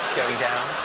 going down.